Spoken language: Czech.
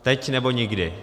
Teď, nebo nikdy.